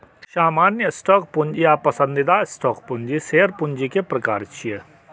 सामान्य स्टॉक पूंजी आ पसंदीदा स्टॉक पूंजी शेयर पूंजी के प्रकार छियै